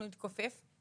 אנחנו נתכופף,